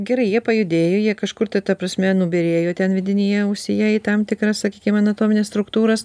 gerai jie pajudėjo jie kažkur tai ta prasme nubyrėjo ten vidinėje ausyje į tam tikras sakykim anatomines struktūras